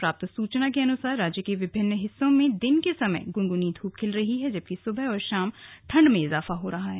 प्राप्त सूचना के अनुसार राज्य के विभिन्न हिस्सों में दिन के समय गुनगुनी धूप खिल रही है जबकि सुबह और शाम ठंड में इजाफा हो रहा है